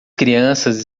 crianças